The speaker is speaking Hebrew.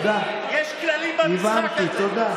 יש כללים במשחק הזה.